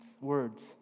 words